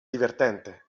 divertente